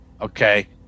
Okay